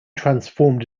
transformed